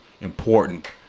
important